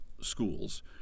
schools